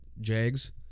Jags